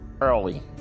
early